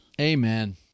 Amen